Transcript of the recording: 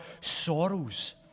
sorrows